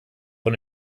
von